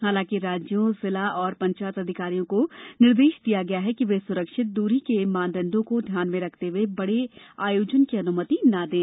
हालांकि राज्यों जिला और पंचायत अधिकारियों को निर्देश दिया गया है कि वे सुरक्षित दूरी के मानदंडों को ध्यान में रखते हुए बड़े आयोजन की अनुमति न दें